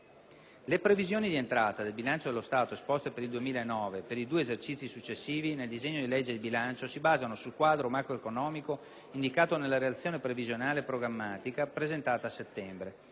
Le previsioni di entrata del bilancio dello Stato esposte per il 2009 e per i due esercizi successivi nel disegno di legge di bilancio si basano sul quadro macroeconomico indicato nella Relazione previsionale e programmatica, presentata a settembre.